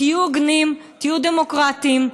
תהיו הוגנים, תהיו דמוקרטיים.